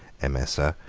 emesa,